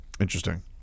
Interesting